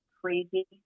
crazy